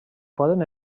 poden